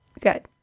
Good